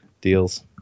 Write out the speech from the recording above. deals